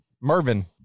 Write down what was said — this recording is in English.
Mervin